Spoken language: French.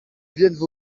viennent